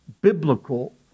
biblical